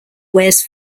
wears